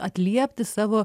atliepti savo